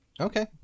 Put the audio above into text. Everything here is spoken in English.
Okay